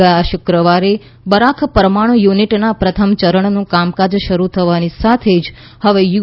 ગયા શુક્રવારે બરાખ પરમાણુ યુનિટના પ્રથમ ચરણનું કામકાજ શરૂ થવાની સાથે જ હવે યુ